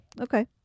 Okay